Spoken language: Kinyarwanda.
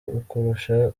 ukurusha